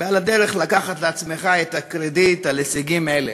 ועל הדרך לקחת לעצמך את הקרדיט על הישגים אלה.